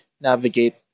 navigate